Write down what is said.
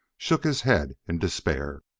shook his head in despair.